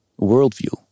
worldview